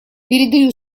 передаю